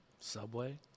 Subway